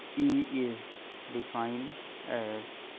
e is defined as